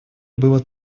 было